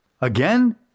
Again